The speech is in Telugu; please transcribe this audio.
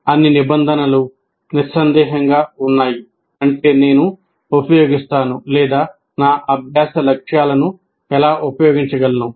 అన్ని నిబంధనలు నిస్సందేహంగా ఉన్నాయి అంటే నేను ఉపయోగిస్తాను లేదా నా అభ్యాస లక్ష్యాలను ఎలా ఉపయోగించగలను